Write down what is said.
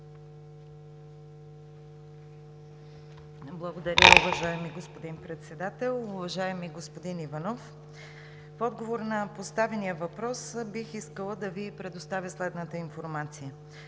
Благодаря, уважаеми господин Председател. Уважаеми господин Иванов, в отговор на поставения въпрос бих искала да Ви предоставя следната информация: